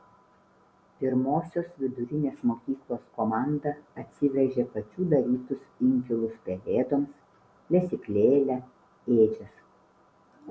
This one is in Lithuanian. pirmosios vidurinės mokyklos komanda atsivežė pačių darytus inkilus pelėdoms lesyklėlę ėdžias